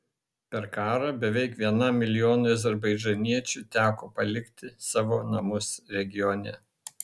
per karą beveik vienam milijonui azerbaidžaniečių teko palikti savo namus regione